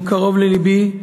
הוא קרוב ללבי.